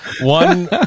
one